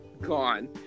gone